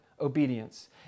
obedience